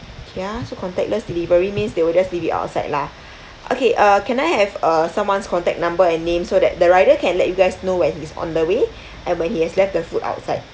K ah so contactless delivery means they will just leave it outside lah okay uh can I have uh someone's contact number and name so that the rider can let you guys know when he's on the way and when he has left the food outside